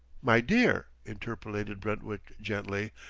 my dear! interpolated brentwick gently,